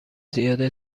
زیاد